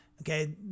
Okay